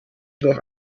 doch